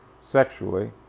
sexually